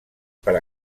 per